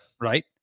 Right